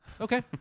Okay